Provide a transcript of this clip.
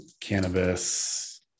cannabis